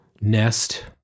nest